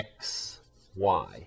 XY